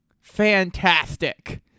Fantastic